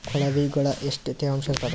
ಕೊಳವಿಗೊಳ ಎಷ್ಟು ತೇವಾಂಶ ಇರ್ತಾದ?